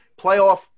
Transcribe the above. playoff